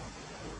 בהחלט.